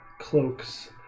cloaks